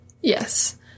Yes